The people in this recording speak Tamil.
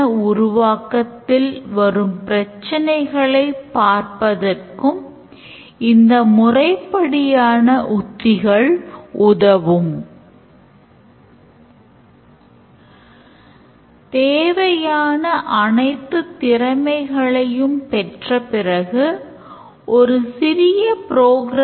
நாம் ஒரு தகவல்தொடர்பு வரி கட்டுப்பாட்டின் வடிவத்தில் course registration ன் போது வெற்றிகரமாக செய்யப்பட்ட பதிவை எழுதுகிறோம்